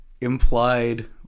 implied